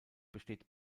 besteht